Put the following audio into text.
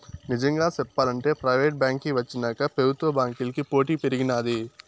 నిజంగా సెప్పాలంటే ప్రైవేటు బాంకీ వచ్చినాక పెబుత్వ బాంకీలకి పోటీ పెరిగినాది